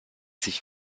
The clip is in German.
sich